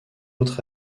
autres